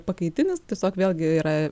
pakaitinis tiesiog vėlgi yra